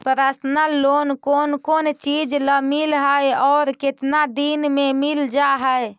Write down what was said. Personal loan कोन कोन चिज ल मिल है और केतना दिन में मिल जा है?